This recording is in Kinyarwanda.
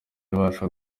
ibasha